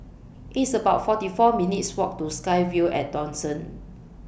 It's about forty four minutes' Walk to SkyVille At Dawson